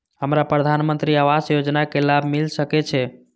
हमरा प्रधानमंत्री आवास योजना के लाभ मिल सके छे?